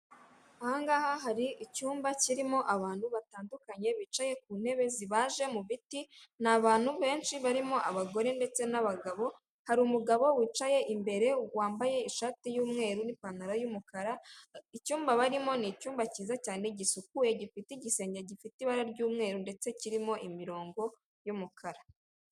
Ahangaha hari icyumba kirimo abantu batandukanye bicaye ku ntebe zibaje mu biti, ni abantu benshi barimo abagore ndetse n'abagabo, hari umu umugabo wicaye imbere wambaye ishati y'umweru n'ipantaro y'umukara, icyumba barimo ni icyumba cyiza cyane gisukuye gifite igisenge gifite ibara ry'umweru, ndetse kirimo imirongo y'umukara.